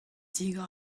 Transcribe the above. digor